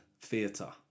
Theatre